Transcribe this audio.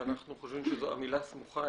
ואנחנו חושבים שהמילה "סמוכה",